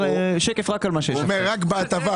במילים אחרות, הוא אומר: להתמקד רק בהטבה.